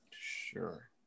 Sure